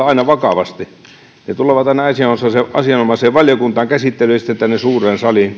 aina vakavasti ne tulevat aina asianomaiseen valiokuntaan käsittelyyn ja sitten tänne suureen saliin